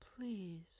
Please